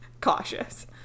cautious